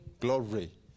Glory